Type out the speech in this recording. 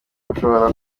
bashobora